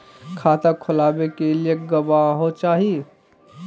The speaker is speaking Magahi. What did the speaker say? खाता खोलाबे के लिए गवाहों चाही?